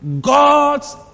God's